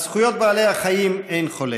על זכויות בעלי החיים אין חולק,